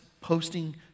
posting